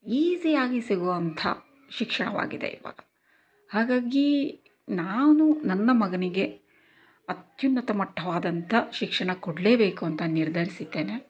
ಈಸಿಯಾಗಿ ಸಿಗುವಂಥ ಶಿಕ್ಷಣವಾಗಿದೆ ಇವಾಗ ಹಾಗಾಗಿ ನಾನು ನನ್ನ ಮಗನಿಗೆ ಅತ್ಯುನ್ನತ ಮಟ್ಟವಾದಂಥ ಶಿಕ್ಷಣ ಕೊಡಲೇಬೇಕು ಅಂತ ನಿರ್ಧರಿಸಿದ್ದೇನೆ